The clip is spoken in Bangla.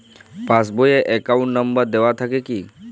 পাস বই এ অ্যাকাউন্ট নম্বর দেওয়া থাকে কি?